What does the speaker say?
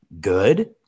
good